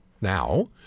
Now